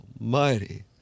almighty